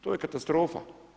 To je katastrofa.